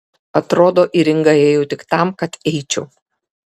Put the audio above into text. atrodo į ringą ėjau tik tam kad eičiau